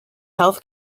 health